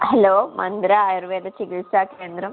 hello Mantra Ayurveda ചികിത്സ കേന്ദ്രം